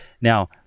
Now